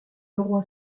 leroy